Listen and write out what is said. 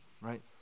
right